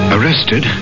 Arrested